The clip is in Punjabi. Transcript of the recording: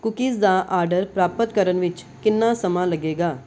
ਕੂਕੀਜ਼ ਦਾ ਆਰਡਰ ਪ੍ਰਾਪਤ ਕਰਨ ਵਿੱਚ ਕਿੰਨਾ ਸਮਾਂ ਲੱਗੇਗਾ